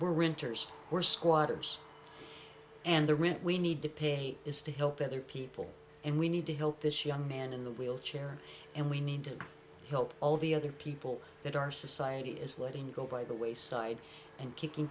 we're renters we're squatters and the rent we need to pay is to help other people and we need to help this young man in the wheelchair and we need to help all the other people that our society is letting go by the wayside and kicking